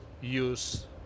use